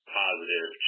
positive